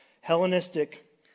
Hellenistic